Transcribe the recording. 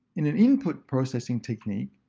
in an input processing technique,